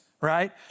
right